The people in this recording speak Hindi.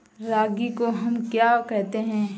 रागी को हम क्या कहते हैं?